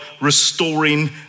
restoring